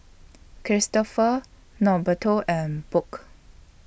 Cristofer Norberto and Burke